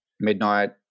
midnight